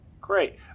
Great